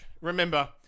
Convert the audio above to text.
remember